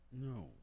No